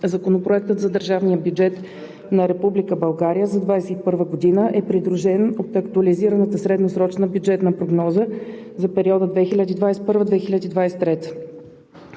Законопроектът за държавния бюджет на Република България за 2021 г. е придружен от актуализираната средносрочна бюджетна прогноза за периода 2021 – 2023